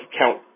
count